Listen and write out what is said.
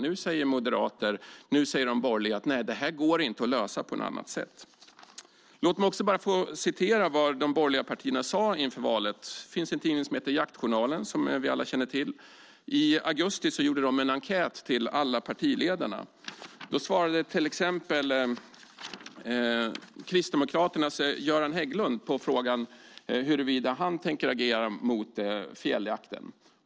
Nu säger de borgerliga: Nej, det här går inte att lösa på något annat sätt. Låt mig också få citera vad de borgerliga partierna sade inför valet. Det finns en tidning som heter Jaktjournalen som vi alla känner till. I augusti gjorde de en enkät till alla partiledarna. Då svarade till exempel Kristdemokraternas Göran Hägglund på frågan huruvida han tänker agera mot fjälljakten.